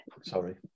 sorry